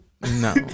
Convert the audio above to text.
no